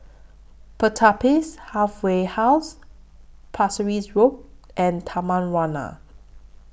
Pertapis Halfway House Pasir Ris Road and Taman Warna